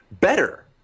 better